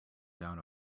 down